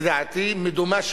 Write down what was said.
לדעתי מדומה,